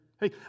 hey